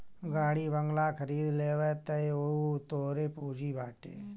गाड़ी बंगला खरीद लेबअ तअ उहो तोहरे पूंजी बाटे